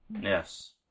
Yes